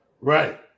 Right